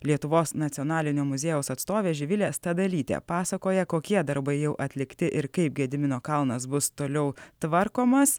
lietuvos nacionalinio muziejaus atstovė živilė stabelytė pasakoja kokie darbai jau atlikti ir kaip gedimino kalnas bus toliau tvarkomas